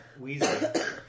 Weezer